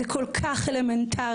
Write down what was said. זה כל כך אלמנטרי,